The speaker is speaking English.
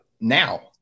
now